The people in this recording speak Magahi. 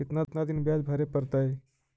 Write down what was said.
कितना दिन बियाज भरे परतैय?